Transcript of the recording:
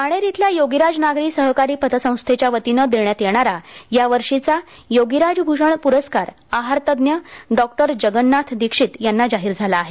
बाणेर इथल्या योगीराज नागरी सहकारी पतसंस्थेच्या वतीनं देण्यात येणारा यावर्षीचा योगीरीज भ्रषण प्रस्कार आहारतज्ज्ञ डॉक्टर जगन्नाथ दीक्षित यांना जाहीर झाला आहे